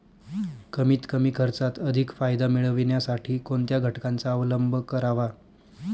कमीत कमी खर्चात अधिक फायदा मिळविण्यासाठी कोणत्या घटकांचा अवलंब करावा?